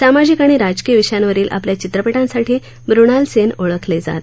सामाजिक आणि राजकीय विषयावरील आपल्या चित्रपटांसाठी मृणाल सेन ओळखलं जात